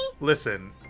Listen